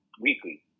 weekly